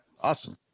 Awesome